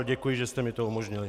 Děkuji, že jste mi to umožnili.